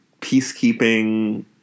peacekeeping